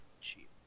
cheap